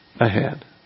ahead